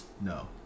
No